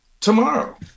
tomorrow